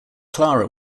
clara